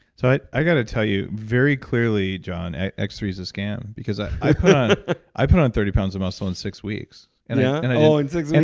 so i i gotta tell you, very clearly, john, x three is a scam because i i put on thirty pounds of muscle in six weeks. and yeah and oh, in six and